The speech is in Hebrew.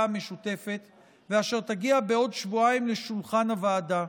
המשותפת ואשר תגיע בעוד שבועיים לשולחן הוועדה.